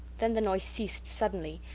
then the noise ceased suddenly,